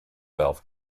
valve